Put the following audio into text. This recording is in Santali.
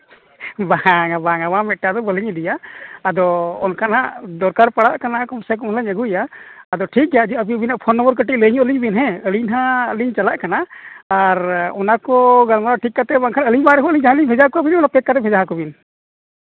ᱵᱟᱝᱟ ᱵᱟᱝᱟ ᱵᱟᱝ ᱢᱤᱫᱴᱟᱱ ᱫᱚ ᱵᱟᱹᱞᱤᱧ ᱤᱫᱤᱭᱟ ᱟᱫᱚ ᱚᱱᱠᱟ ᱦᱟᱸᱜ ᱫᱚᱨᱠᱟᱨ ᱯᱟᱲᱟᱜ ᱠᱟᱱᱟ ᱠᱚᱢᱥᱮ ᱠᱚᱢ ᱞᱤᱧ ᱟᱹᱜᱩᱭᱟ ᱟᱫᱚ ᱴᱷᱤᱠ ᱜᱮᱭᱟ ᱟᱹᱵᱤᱱᱟᱜ ᱯᱷᱳᱱ ᱱᱚᱢᱵᱚᱨ ᱠᱟᱹᱴᱤᱡ ᱞᱟᱹᱭ ᱧᱚᱜ ᱟᱹᱞᱤᱧ ᱵᱤᱱ ᱟᱹᱞᱤᱧ ᱦᱟᱸᱜ ᱞᱤᱧ ᱪᱟᱞᱟᱜ ᱠᱟᱱᱟ ᱟᱨ ᱚᱱᱟ ᱠᱚ ᱜᱟᱞᱢᱟᱨᱟᱣ ᱴᱷᱤᱠ ᱠᱟᱛᱮᱫ ᱵᱟᱝᱠᱷᱟᱱ ᱟᱹᱞᱤᱧ ᱵᱟᱨᱦᱚᱲ ᱡᱟᱦᱟᱸᱭ ᱞᱤᱧ ᱵᱷᱮᱡᱟ ᱠᱚᱣᱟ ᱯᱮᱠ ᱠᱟᱛᱮᱫ ᱵᱷᱮᱡᱟ ᱠᱚᱵᱤᱱ